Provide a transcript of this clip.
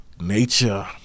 nature